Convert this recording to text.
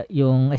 yung